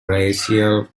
racial